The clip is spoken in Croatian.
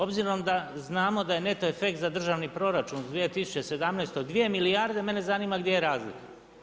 Obzirom da znamo da je neto efekt za državni proračun u 2017. dvije milijarde, mene zanima gdje je razlika.